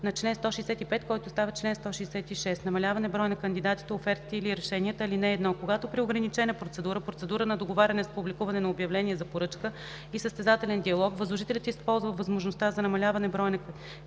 на чл. 165, който става чл. 166: „Намаляване броя на кандидатите, офертите или решенията Чл. 166. (1) Когато при ограничена процедура, процедура на договаряне с публикуване на обявление за поръчка и състезателен диалог възложителят използва възможността за намаляване броя на кандидатите,